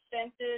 senses